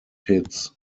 hits